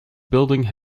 building